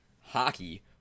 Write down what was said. hockey